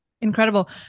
Incredible